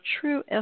true